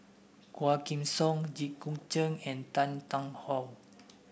Quah Kim Song Jit Koon Ch'ng and Tan Tarn How